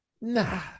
Nah